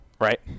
right